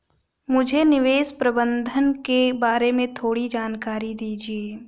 मुझे निवेश प्रबंधन के बारे में थोड़ी जानकारी दीजिए